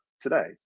today